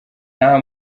nta